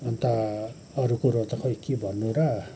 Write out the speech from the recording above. अन्त अरू कुरो त खोइ के भन्नु र